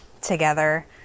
together